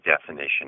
definition